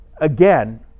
again